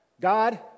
God